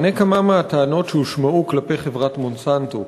הנה כמה מהטענות שהושמעו כלפי חברת "מונסנטו".